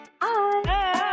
Bye